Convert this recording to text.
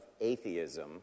atheism